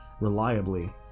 reliably